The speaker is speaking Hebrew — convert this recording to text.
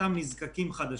לאותם נזקקים חדשים,